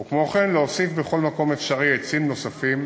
וכן להוסיף בכל מקום אפשרי עצים נוספים,